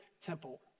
temple